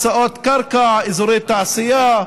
הקצאות קרקע, אזורי תעשייה,